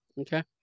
Okay